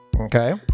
Okay